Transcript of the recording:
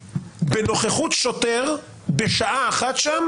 בנוכחות שוטר, בשעה אחת שם